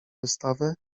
wystawę